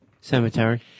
Cemetery